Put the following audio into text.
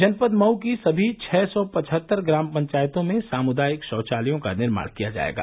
जनपद मऊ की सभी छह सौ पचहत्तर ग्राम पंचायतों में सामुदायिक शौचालयों का निर्माण किया जायेगा